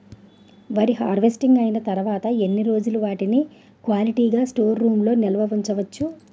వరి హార్వెస్టింగ్ అయినా తరువత ఎన్ని రోజులు వాటిని క్వాలిటీ గ స్టోర్ రూమ్ లొ నిల్వ ఉంచ వచ్చు?